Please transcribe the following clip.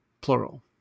plural